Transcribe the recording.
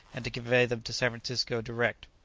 and to convey them to san francisco direct.